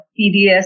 PDS